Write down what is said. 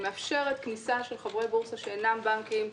מאפשרת כניסה של חברי בורסה שאינם בנקים,